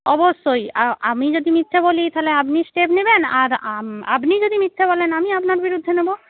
অবশ্যই আমি যদি মিথ্যে বলি তাহলে আপনি স্টেপ নেবেন আর আপনি যদি মিথ্যে বলেন আমি আপনার বিরুদ্ধে নেব